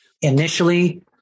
Initially